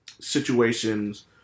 situations